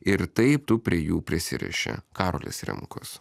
ir taip tu prie jų prisiriši karolis rimkus